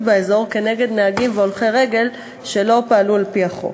באזור נגד נהגים והולכי רגל שלא פעלו על-פי החוק.